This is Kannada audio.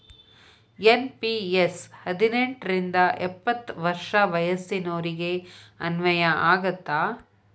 ಎನ್.ಪಿ.ಎಸ್ ಹದಿನೆಂಟ್ ರಿಂದ ಎಪ್ಪತ್ ವರ್ಷ ವಯಸ್ಸಿನೋರಿಗೆ ಅನ್ವಯ ಆಗತ್ತ